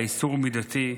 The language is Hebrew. האיסור הוא מידתי,